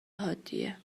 حادیه